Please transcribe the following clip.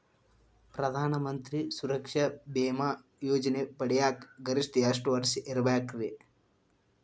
ಪ್ರಧಾನ ಮಂತ್ರಿ ಸುರಕ್ಷಾ ಭೇಮಾ ಯೋಜನೆ ಪಡಿಯಾಕ್ ಗರಿಷ್ಠ ಎಷ್ಟ ವರ್ಷ ಇರ್ಬೇಕ್ರಿ?